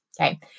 Okay